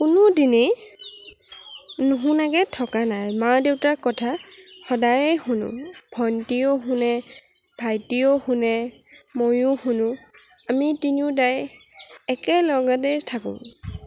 কোনোদিনেই নুশুনাকে থকা নাই মা দেউতাৰ কথা সদায়েই শুনো ভণ্টীও শুনে ভাইটিয়েও শুনে ময়ো শুনো আমি তিনিওটাই একে লগতে থাকোঁ